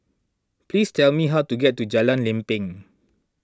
please tell me how to get to Jalan Lempeng